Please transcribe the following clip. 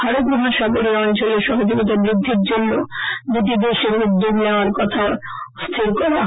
ভারত মহাসাগরীয় অঞ্চলে সহযোগিতা বৃদ্ধির জন্য দুটি দেশের উদ্যোগ নেওয়ার কথাও স্হির হয়